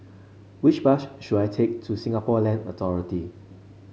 which bus should I take to Singapore Land Authority